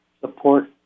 support